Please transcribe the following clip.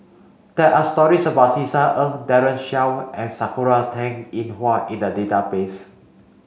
there are stories about Tisa Ng Daren Shiau and Sakura Teng Ying Hua in the database